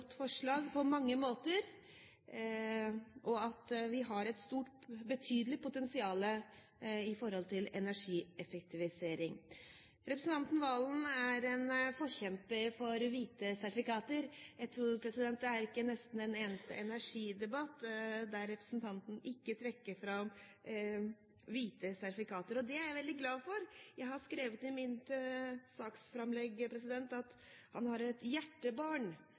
forslag på mange måter, og at vi har et betydelig potensial når det gjelder energieffektivisering. Representanten Serigstad Valen er en forkjemper for hvite sertifikater. Jeg tror nesten ikke det er en eneste energidebatt der representanten ikke trekker fram hvite sertifikater. Det er jeg veldig glad for. Jeg har skrevet her at representanten Serigstad Valen har et hjertebarn